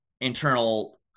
internal